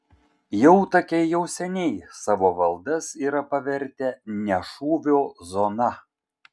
jautakiai jau seniai savo valdas yra pavertę ne šūvio zona